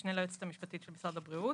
משנה ליועצת משפטית של משרד הבריאות.